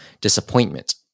disappointment